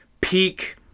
peak